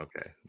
Okay